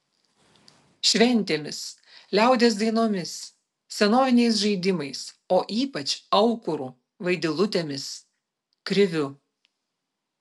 šventėmis liaudies dainomis senoviniais žaidimais o ypač aukuru vaidilutėmis kriviu